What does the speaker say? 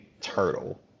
turtle